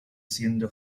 siendo